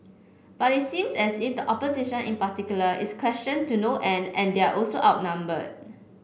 but it seems as if the opposition in particular is questioned to no end and they're also outnumbered